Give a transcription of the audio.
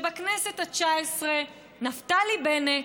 בכנסת התשע-עשרה, נפתלי בנט,